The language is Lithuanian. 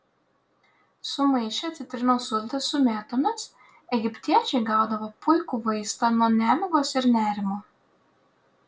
sumaišę citrinos sultis su mėtomis egiptiečiai gaudavo puikų vaistą nuo nemigos ir nerimo